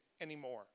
anymore